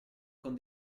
con